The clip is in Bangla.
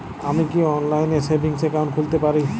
আমি কি অনলাইন এ সেভিংস অ্যাকাউন্ট খুলতে পারি?